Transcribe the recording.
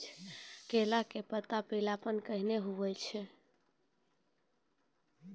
केला के पत्ता पीलापन कहना हो छै?